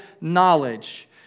knowledge